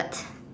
but